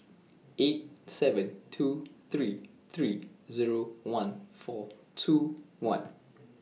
eight seven two three three Zero one four two one